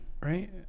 right